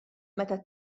meta